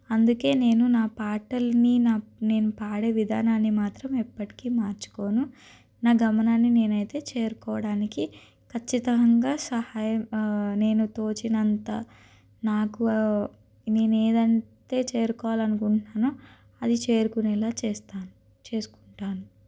అందుకే నేను నా పాటల్ని నా నేను పాడే విధానాన్ని మాత్రం ఎప్పటికీ మార్చుకోను నా గమనాన్ని నేనైతే చేరుకోవడానికి ఖచ్చితంగా సహాయం నేను తోచినంత నాకు నేను ఏదైతే చేరుకోవాలి అనుకుంటానో అది చేరుకునేలా చేస్తాను చేసుకుంటాను